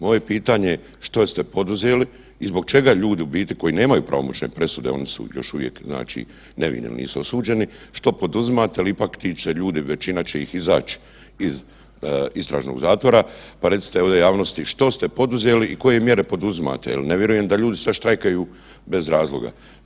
Moje pitanje što ste poduzeli i zbog čega ljudi u biti koji nemaju pravomoćne presude oni su još uvijek znači nevini jer nisu osuđeni, što poduzimate jer ipak ti će ljudi većina će ih izaći iz istražnog zatvora, pa recite ovdje javnosti što ste poduzeli i koje mjere poduzimate jer ne vjerujem da ljudi sad štrajkaju bez razloga.